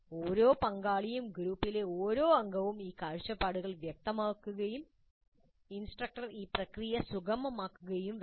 ഓരോ പങ്കാളിയും ഗ്രൂപ്പിലെ ഓരോ അംഗവും ഈ കാഴ്ചപ്പാടുകൾ വ്യക്തമാക്കുകയും ഇൻസ്ട്രക്ടർ ഈ പ്രക്രിയ സുഗമമാക്കുകയും വേണം